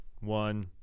one